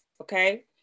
Okay